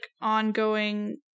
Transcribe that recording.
ongoing